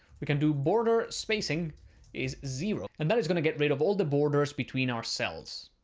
we can do border spacing is zero, and that is going to get rid of all the borders between our cells.